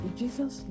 jesus